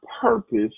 purpose